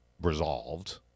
resolved